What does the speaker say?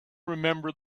remember